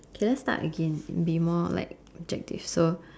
can let start again and be more like objective so